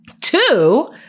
Two